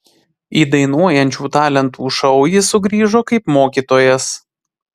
į dainuojančių talentų šou jis sugrįžo kaip mokytojas